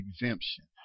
exemption